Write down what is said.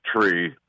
tree